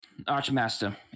Archmaster